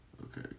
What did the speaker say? Okay